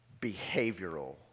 behavioral